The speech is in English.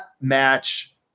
match